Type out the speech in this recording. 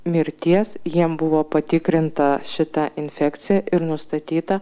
mirties jiem buvo patikrinta šita infekcija ir nustatyta